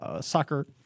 soccer